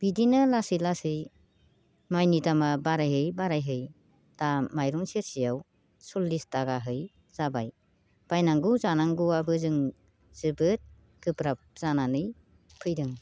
बिदिनो लासै लासै माइनि दामआ बारायै बारायै दा माइरं सेरसेयाव सल्लिस थाखायै जाबाय बायनांगौ जानांगौआबो जों जोबोद गोब्राब जानानै फैदों